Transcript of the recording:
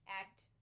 act